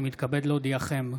אני מתכבד להודיעכם,